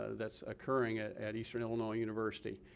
that's occuring at at eastern illinois university,